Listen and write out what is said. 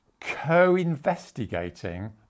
co-investigating